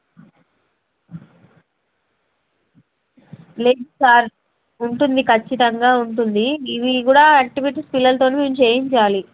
లేదు సార్ ఉంటుంది ఖచ్చితంగా ఉంటుంది ఇవి కూడా యాక్టివిటీస్ పిల్లలతోని మేము చేయించాలి